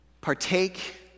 partake